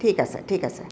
ঠিক আছে ঠিক আছে